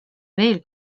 veel